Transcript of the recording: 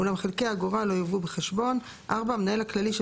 ואולם חלקי אגורה לא יובאו בחשבון; (4) המנהל הכללי של